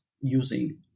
using